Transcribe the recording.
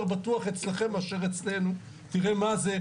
בטוח אצלכם מאשר אצלנו; תראה מה זה,